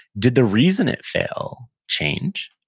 did the reason it failed change?